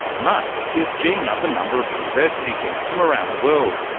musk is geeing up a number of university teams from around the world.